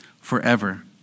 forever